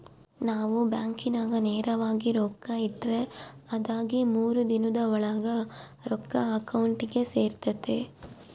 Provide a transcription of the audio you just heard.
ನಾವು ಬ್ಯಾಂಕಿನಾಗ ನೇರವಾಗಿ ರೊಕ್ಕ ಇಟ್ರ ಅದಾಗಿ ಮೂರು ದಿನುದ್ ಓಳಾಗ ರೊಕ್ಕ ಅಕೌಂಟಿಗೆ ಸೇರ್ತತೆ